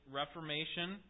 reformation